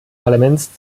parlaments